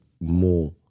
more